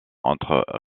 entre